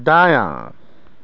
दायाँ